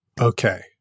Okay